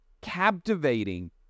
captivating